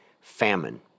famine